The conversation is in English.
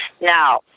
Now